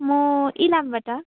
म इलामबाट